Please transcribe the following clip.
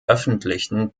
öffentlichen